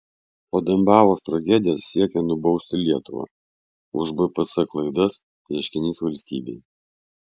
po dembavos tragedijos siekia nubausti lietuvą už bpc klaidas ieškinys valstybei